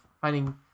finding